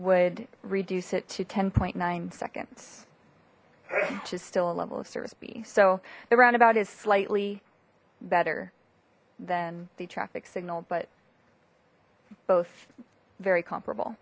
would reduce it to ten point nine seconds which is still a level of service b so the roundabout is slightly better than the traffic signal but both very comparable